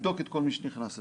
בודקים את כל מי שנכנס אליו.